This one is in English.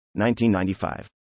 1995